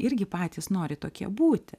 irgi patys nori tokie būti